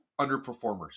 Underperformers